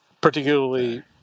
particularly